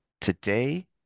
Today